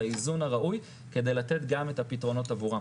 האיזון הראוי כדי לתת גם את הפתרונות עבורם.